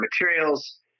materials